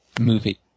movie